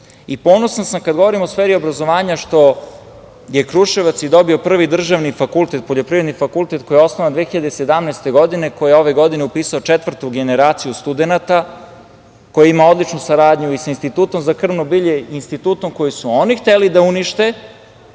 briga. Ponosan sam kada govorim o sferi obrazovanja što je Kruševac dobio i prvi državni fakultet, Poljoprivredni fakultet, koji je osnovan 2017. godine, koji je ove godine upisao četvrtu generaciju studenata, koji ima odlučnu saradnju sa Institutom za krmno bilje, institutom koji su oni hteli da unište,